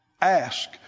ask